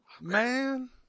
Man